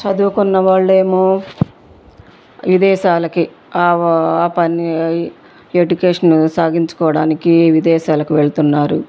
చదువుకున్నవాళ్ళు ఏమో విదేశాలకి ఆ వాళ్ళ పని ఎడ్యుకేషన్ సాగించుకోవడానికి విదేశాలకి వెళ్తున్నారు